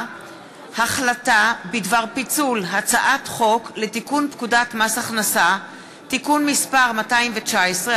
החלטה בדבר פיצול הצעת חוק לתיקון פקודת מס הכנסה (מס' 219),